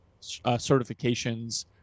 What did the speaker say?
certifications